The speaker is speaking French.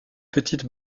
petite